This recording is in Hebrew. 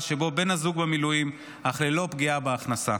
שבו בן הזוג במילואים אך ללא פגיעה בהכנסה.